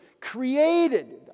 created